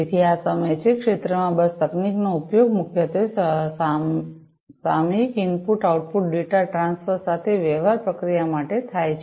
તેથી આ સમય છે ક્ષેત્રમાં બસ તકનીકનો ઉપયોગ મુખ્યત્વે સામયિક ઇનપુટ આઉટપુટ ડેટા ટ્રાન્સફર સાથે વ્યવહાર પ્રક્રિયા માટે થાય છે